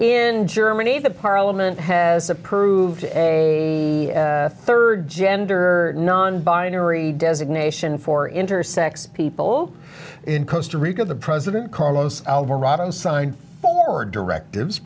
in germany the parliament has approved a third gender non binary designation for intersex people in costa rica the president carlos alvarado signed for directives